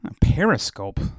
Periscope